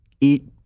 eat